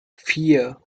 vier